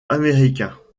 américain